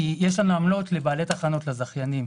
כי יש לנו עמלות לבעלי תחנות, לזכיינים.